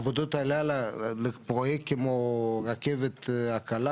עבודות הלילה בפרויקט כמו הרכבת הקלה